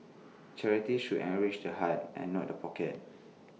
charity should enrich the heart and not the pocket